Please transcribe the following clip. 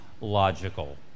logical